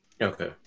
Okay